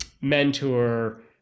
mentor